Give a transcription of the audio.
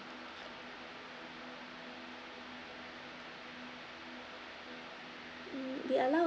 mm we allow